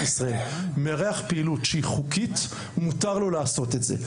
ישראל מארח פעילות שהיא חוקית מותר לו לעשות את זה,